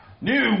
new